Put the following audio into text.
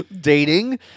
dating